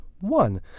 one